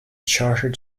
chartered